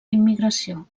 immigració